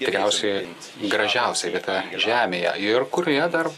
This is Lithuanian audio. tikriausiai gražiausia vieta žemėje ir kurioje dar